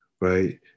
right